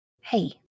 hey